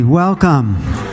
Welcome